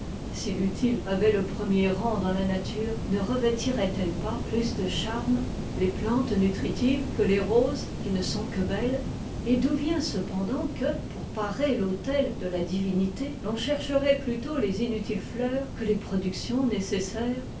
l'utile avait le premier rang dans la nature ne revétirait elle pas de plus de charmes les plantes nutritives que les roses qui ne sont que belles et d'où vient cependant que pour parer l'autel de la divinité l'on chercherait plutôt les inutiles fleurs que les productions nécessaires